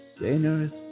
Sinners